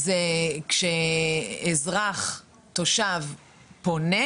זה כשאזרח, תושב פונה?